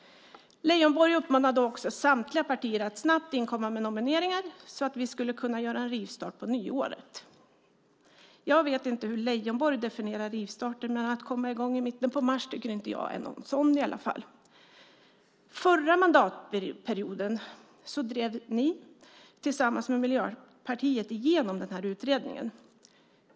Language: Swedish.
Leijonborg uppmanade också samtliga partier att snabbt inkomma med nomineringar så att vi skulle kunna göra en rivstart på nyåret. Jag vet inte hur Leijonborg definierar rivstarter men att komma i gång i mitten av mars tycker i alla fall inte jag är någon sådan. Under förra mandatperioden drev ni tillsammans med Miljöpartiet igenom denna utredning.